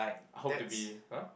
I hope to be !huh!